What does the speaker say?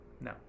No